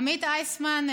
עמית איסמן,